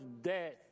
death